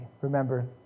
remember